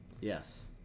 Yes